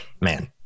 man